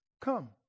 come